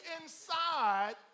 inside